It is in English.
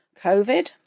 Covid